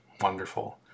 wonderful